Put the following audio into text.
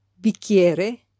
Bicchiere